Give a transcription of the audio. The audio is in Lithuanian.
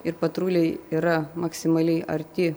ir patruliai yra maksimaliai arti